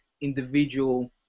individual